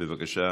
בבקשה.